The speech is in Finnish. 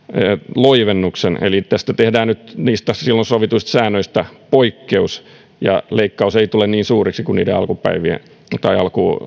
loivennuksen eli tässä tehdään nyt niistä silloin sovituista säännöistä poikkeus ja leikkaus ei tule niin suureksi kuin niiden